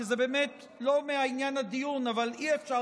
כי זה באמת לא מעניין הדיון אבל אי-אפשר